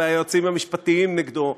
והיועצים המשפטיים נגדו,